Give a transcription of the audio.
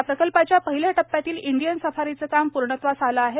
या प्रकल्पांच्या पहिल्या टप्प्यातील इंडियन सफारीचे काम पूर्णत्वास आले आहे